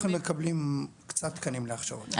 אנחנו מקבלים קצת תקנים להכשרות.